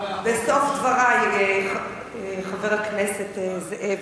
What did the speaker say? בסוף דברי, חבר הכנסת זאב.